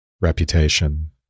reputation